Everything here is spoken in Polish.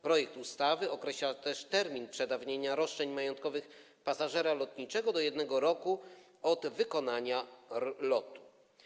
Projekt ustawy określa też termin przedawnienia roszczeń majątkowych pasażera lotniczego do 1 roku od wykonania lotu.